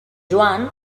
joan